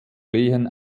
lehen